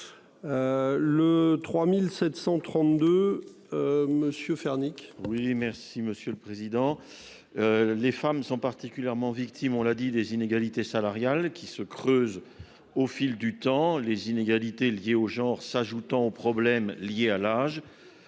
Le 3732. Monsieur Fernique. Oui, merci Monsieur le Président. Les femmes sont particulièrement victimes on l'a dit, des inégalités salariales qui se creuse au fil du temps, les inégalités liées au genre s'ajoutant aux problèmes liés à l'âge.